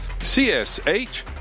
CSH